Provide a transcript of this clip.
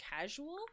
casual